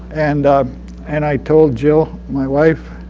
and and i told jill, my wife,